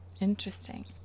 Interesting